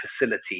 facility